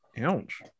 Ouch